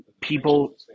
People